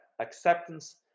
acceptance